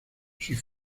sus